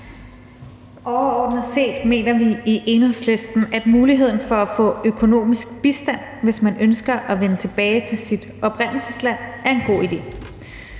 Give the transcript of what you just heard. Overordnet set mener vi i Enhedslisten, at muligheden for at få økonomisk bistand, hvis man ønsker at vende tilbage til sit oprindelsesland, er en god idé.